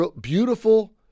beautiful